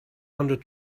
hundred